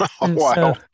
Wow